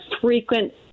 frequent